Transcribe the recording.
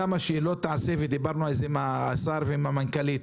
כמה שלא תעשה ודיברנו על זה עם השר ועם המנכ"לית,